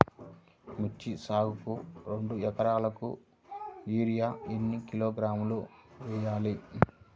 మిర్చి సాగుకు రెండు ఏకరాలకు యూరియా ఏన్ని కిలోగ్రాములు వేయాలి?